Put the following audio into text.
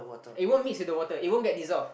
it won't mix with the water it won't get dissolve